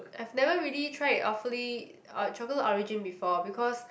I've never really tried awfully chocolate origin before because